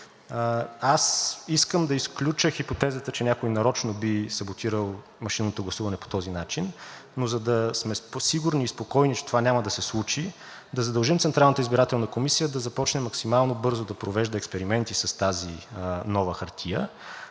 Аз искам да изключа хипотезата, че някой нарочно би саботирал машинното гласуване по този начин, но за да сме сигурни и спокойни, че това няма да се случи, да задължим Централната избирателна комисия да започне максимално бързо да провежда експерименти с тази нова хартия.